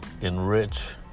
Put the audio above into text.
enrich